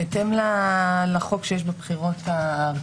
בהתאם לחוק שיש בבחירות הארציות.